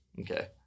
Okay